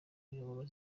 kuyobora